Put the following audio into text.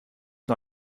nur